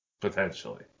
potentially